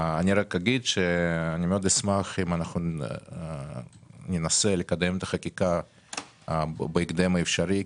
אני אגיד שמאוד אשמח אם ננסה לקדם את החקיקה בהקדם האפשרי,